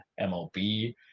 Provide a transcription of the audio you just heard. MLB